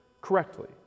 correctly